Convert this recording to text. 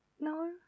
No